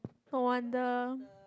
no wonder